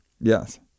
Yes